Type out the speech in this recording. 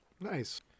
Nice